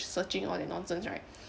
searching all that nonsense right